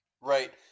Right